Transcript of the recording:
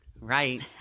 Right